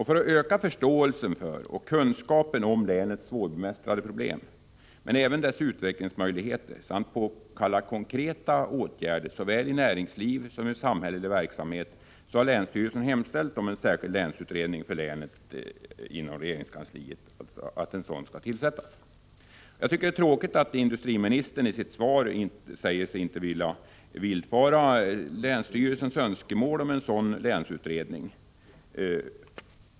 För att öka förståelsen för och kunskapen om länets svårbemästrade problem men även dess utvecklingsmöjligheter samt för att påkalla konkreta åtgärder såväl i näringsliv som i samhällelig verksamhet har länsstyrelsen hemställt om att en särskild länsutredning för Västernorrlands län skall tillsättas inom regeringskansliet. Jag tycker att det är tråkigt att industriministern i sitt svar säger sig inte vilja villfara länsstyrelsens önskemål om en sådan länsutredning.